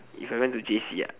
if I went to j_c ah